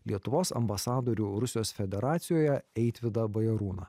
lietuvos ambasadorių rusijos federacijoje eitvydą bajarūną